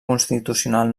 constitucional